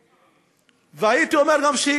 מקצועית, והייתי אומר שהיא